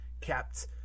kept